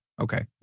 okay